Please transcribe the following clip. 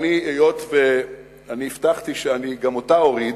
היות שהבטחתי שגם אותה אוריד,